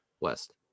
West